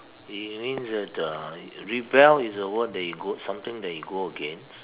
it means that the rebel is a word that you go something that you go against